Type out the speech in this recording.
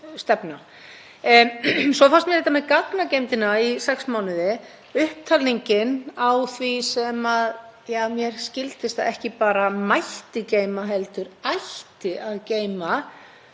Svo fannst mér þetta með gagnageymd í sex mánuði og upptalningin á því sem mér skildist að ekki bara mætti geyma heldur ætti að geyma